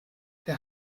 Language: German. der